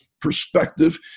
perspective